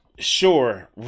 Sure